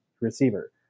receiver